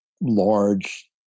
large